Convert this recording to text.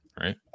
right